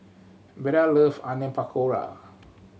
Beda love Onion Pakora